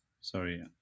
Sorry